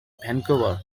vancouver